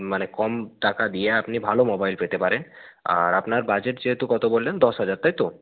মানে কম টাকা দিয়ে আপনি ভালো মোবাইল পেতে পারেন আর আপনার বাজেট যেহেতু কত বললেন দশ হাজার তাই তো